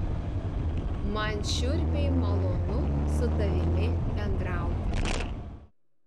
man šiurpiai malonu su tavimi bendrauti